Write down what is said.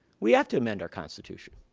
we have to amend our constitution.